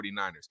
49ers